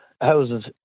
houses